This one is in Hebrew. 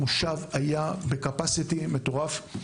המושב היה בקפסיטי מטורף.